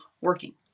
working